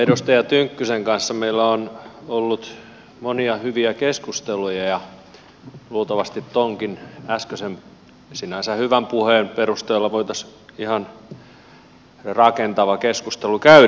edustaja tynkkysen kanssa meillä on ollut monia hyviä keskusteluja ja luultavasti tuon äskeisenkin sinänsä hyvän puheen perusteella voitaisiin ihan rakentava keskustelu käydä